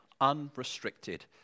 unrestricted